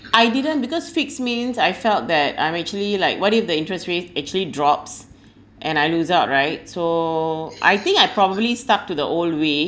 I didn't because fixed means I felt that I'm actually like what if the interest rates actually drops and I lose out right so I think I probably stuck to the old way